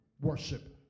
worship